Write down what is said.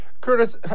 Curtis